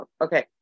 Okay